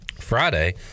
friday